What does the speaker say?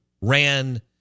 ran